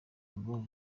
ngo